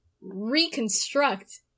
reconstruct